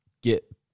get